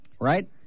Right